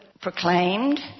proclaimed